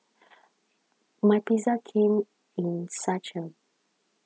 my pizza came in such a